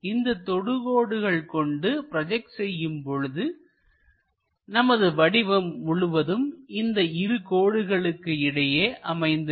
இந்த தொடுகோடுகள் கொண்டு ப்ரோஜெக்ட் செய்யும் பொழுது நமது வடிவம் முழுவதும் இந்த இரு கோடுகளுக்கு இடையே அமைந்துவிடும்